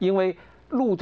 you a little